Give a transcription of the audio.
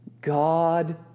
God